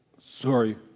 sorry